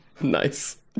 Nice